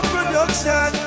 Production